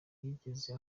bigeza